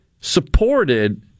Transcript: supported